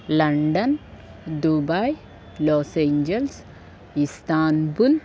London Dubai Los Angeles Istanbul